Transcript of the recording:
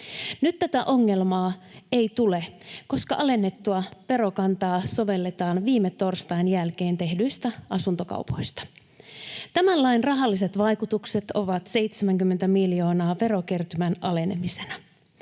Nyt tätä ongelmaa ei tule, koska alennettua verokantaa sovelletaan viime torstain jälkeen tehtyihin asuntokauppoihin. Tämän lain rahalliset vaikutukset ovat 70 miljoonaa verokertymän alenemisena.